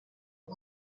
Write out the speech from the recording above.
قدم